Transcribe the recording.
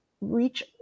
reach